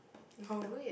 how